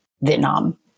Vietnam